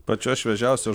pačios šviežiausios